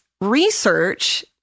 Research